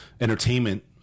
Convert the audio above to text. entertainment